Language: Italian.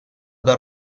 dal